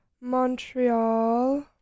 Montreal